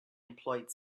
employed